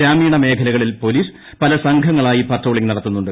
ഗ്രാമീണ മേഖലകളിൽ പൊലീസ് പല സംഘങ്ങളായി പട്രോളിംഗ് നടത്തുന്നുണ്ട്